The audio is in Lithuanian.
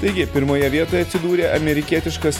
taigi pirmoje vietoje atsidūrė amerikietiškas